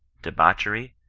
debauchery,